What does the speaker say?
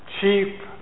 Cheap